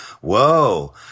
whoa